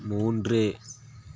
மூன்று